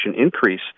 increase